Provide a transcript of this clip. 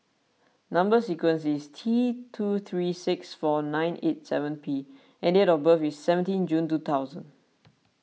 Number Sequence is T two three six four nine eight seven P and date of birth is seventeen June two thousand